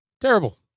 terrible